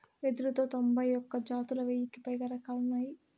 వెదురులో తొంభై ఒక్క జాతులు, వెయ్యికి పైగా రకాలు ఉన్నాయి